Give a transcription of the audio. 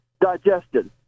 digested